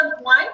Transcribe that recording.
one